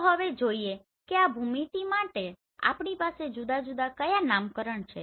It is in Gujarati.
તો ચાલો હવે જોઈએ કે આ ભૂમિતિ માટે આપણી પાસે જુદા જુદા કયા નામકરણ છે